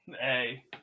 Hey